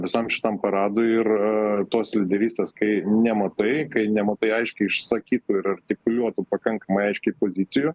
visam šitam paradui ir tos lyderystės kai nematai kai nematai aiškiai išsakytų ir artikuliuotų pakankamai aiškiai pozicijų